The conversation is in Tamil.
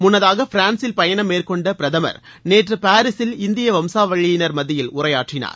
முன்னதாக பிரான்சில் பயணம் மேற்கொண்ட பிரதமர் நேற்று பாரிசில் இந்திய வம்சாவழியினா் மத்தியில் உரையாற்றினார்